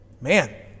man